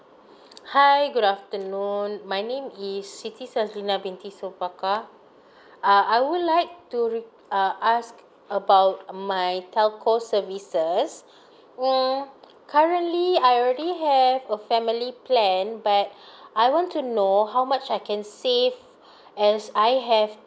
okay hi good afternoon my name is siti sazilinah binti sofaka uh I would like to read uh ask about um my telco services hmm currently I already have for family plan but I want to know how much I can save as I have